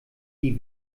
die